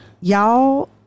Y'all